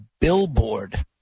billboard